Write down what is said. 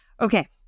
Okay